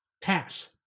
pass